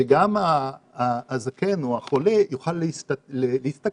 שגם הזקן או החולה יוכל להסתכל,